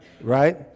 right